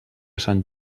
sant